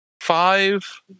five